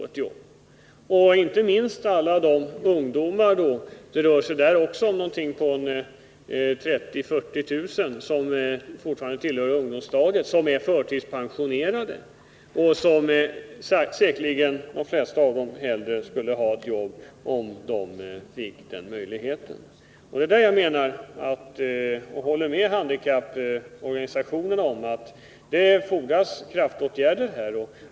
Inte minst gäller det alla de ungdomar som är förtidspensionerade; det rör sig kring 30 000-40 000 som fortfarande tillhör ungdomsstadiet. Säkerligen skulle de flesta av dem hellre vilja ha jobb, om de fick den möjligheten. Jag håller med handikapporganisationerna om att det fordras kraftåtgärder här.